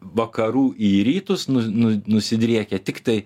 vakarų į rytus nu nusidriekia tiktai